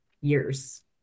years